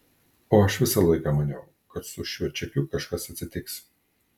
o aš visą laiką maniau kad su šiuo čekiu kažkas atsitiks